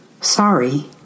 Sorry